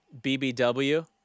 BBW